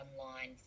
online